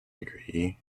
degree